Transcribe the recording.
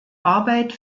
arbeit